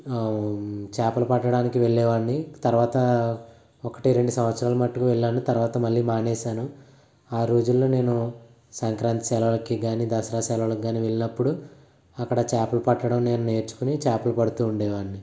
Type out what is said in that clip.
చేపలు పట్టడానికి వెళ్ళే వాడిని తరవాత ఒకటి రెండు సంవత్సరాలు మటుకు వెళ్ళాను తర్వాత మళ్ళీ మానేసాను ఆరోజులలో నేను సంక్రాంతి సెలవులకి కానీ దసరా సెలవులకి కానీ వెళ్ళినప్పుడు అక్కడ చేపలు పట్టడం నేను నేర్చుకుని చేపలు పడుతు ఉండేవాడిని